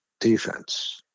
defense